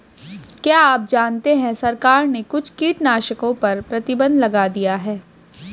क्या आप जानते है सरकार ने कुछ कीटनाशकों पर प्रतिबंध लगा दिया है?